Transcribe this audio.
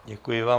Děkuji vám.